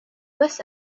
was